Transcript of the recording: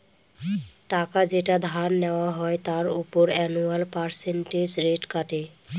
টাকা যেটা ধার নেওয়া হয় তার উপর অ্যানুয়াল পার্সেন্টেজ রেট কাটে